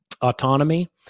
autonomy